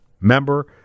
member